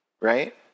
right